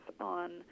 on